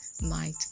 night